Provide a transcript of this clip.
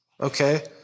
okay